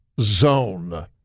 zone